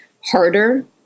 harder